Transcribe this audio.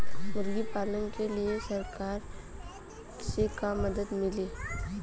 मुर्गी पालन के लीए सरकार से का मदद मिली?